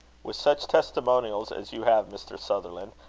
with such testimonials as you have, mr. sutherland,